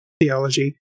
theology